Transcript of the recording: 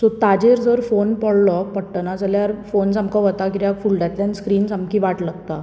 so ताजेर जर phone पडलो पडटना जाल्यार फोन सामको वता कित्याक उडल्यांतल्यान स्क्रिन सामकी वाट लागता